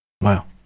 Wow